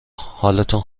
حالتون